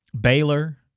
Baylor